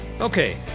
Okay